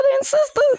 sister